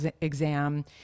exam